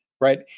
right